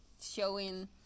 showing